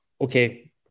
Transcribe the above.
Okay